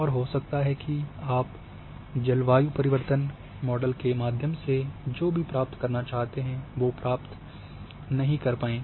और हो सकता है कि आप जलवायु परिवर्तन मॉडल के माध्यम से जो भी प्राप्त करना चाहते हैं वो प्राप्त नहीं कर पाएँ